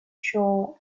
show